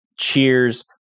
Cheers